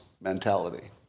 mentality